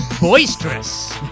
boisterous